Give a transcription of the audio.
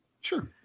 Sure